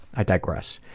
i digress.